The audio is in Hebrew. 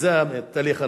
זה התהליך הנכון.